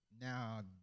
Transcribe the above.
now